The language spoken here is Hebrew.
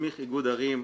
להסמיך איגוד ערים,